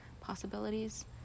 possibilities